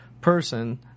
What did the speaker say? person